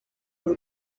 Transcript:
w’u